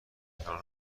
کانال